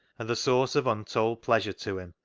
and the source of untold pleasure to him